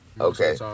okay